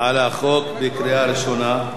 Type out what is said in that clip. על החוק בקריאה ראשונה.